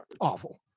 awful